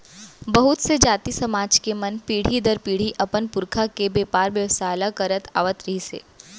बहुत से जाति, समाज के मन पीढ़ी दर पीढ़ी अपन पुरखा के बेपार बेवसाय ल करत आवत रिहिथे